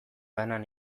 banan